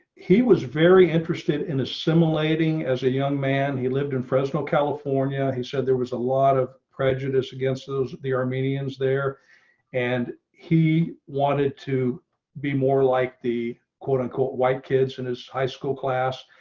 he was very interested in assimilating as a young man. he lived in fresno, california. he said there was a lot of prejudice against those the armenians there and he wanted to be more like the quote unquote white kids and his high school class.